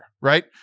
Right